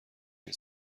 این